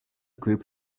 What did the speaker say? group